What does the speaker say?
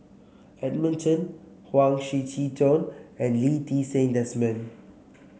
Edmund Chen Huang Shiqi Joan and Lee Ti Seng Desmond